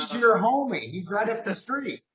your homie, he's right up the street.